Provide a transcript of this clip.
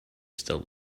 still